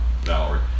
Valerie